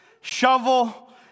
shovel